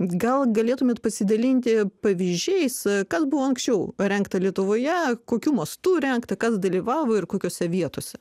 gal galėtumėt pasidalinti pavyzdžiais a kas buvo anksčiau parengta lietuvoje kokiu mastu rengta kas dalyvavo ir kokiose vietose